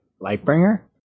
Lightbringer